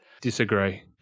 Disagree